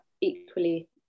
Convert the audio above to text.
equally